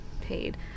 paid